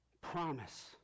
promise